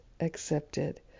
accepted